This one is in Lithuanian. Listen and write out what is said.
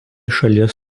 šalies